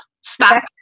stop